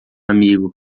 amigo